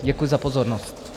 Děkuji za pozornost.